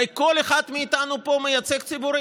הרי כל אחד מאיתנו פה מייצג ציבורים.